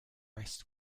rest